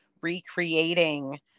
recreating